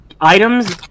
items